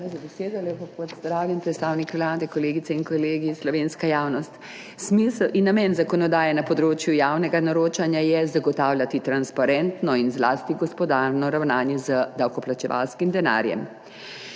Hvala za besedo. Lepo pozdravljeni predstavniki Vlade, kolegice in kolegi, slovenska javnost! Smisel in namen zakonodaje na področju javnega naročanja je zagotavljati transparentno in zlasti gospodarno ravnanje z davkoplačevalskim denarjem.